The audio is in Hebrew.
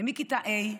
ומכיתה ה'